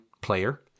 player